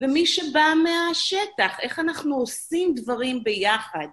ומי שבא מהשטח, איך אנחנו עושים דברים ביחד.